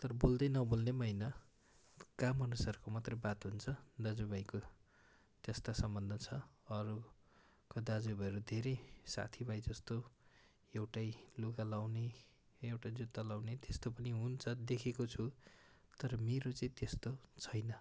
तर बोल्दै नबोल्ने पनि होइन काम अनुसारको मात्रै बात हुन्छ दाजुभाइको त्यस्तो सम्बन्ध छ अरूको दाजुभाइले धेरै साथीभाइ जस्तो एउटै लुगा लगाउने एउटै जुत्ता लगाउने त्यस्तो पनि हुन्छ देखेको छु तर मेरो चाहिँ त्यस्तो छैन